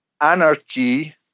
anarchy